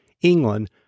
England